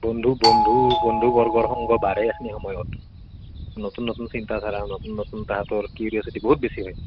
বন্ধু বন্ধু বন্ধুবৰ্গৰ সংগ বাঢ়ে এইখিনি সময়ত নতুন নতুন চিন্তাধাৰা নতুন নতুন তাহাঁতৰ কিউৰিচিটি বহুত বেছি হয়